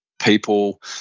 people